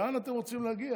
לאן אתם רוצים להגיע?